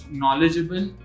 knowledgeable